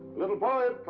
little boy,